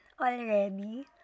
already